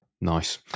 Nice